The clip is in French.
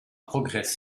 progrès